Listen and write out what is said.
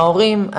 ההורים,